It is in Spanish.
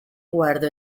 guardo